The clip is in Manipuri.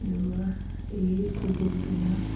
ꯑꯗꯨꯒ ꯑꯩꯒꯤ ꯏꯀꯨꯕꯣꯛꯇꯨꯅ